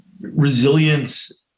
resilience